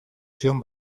zion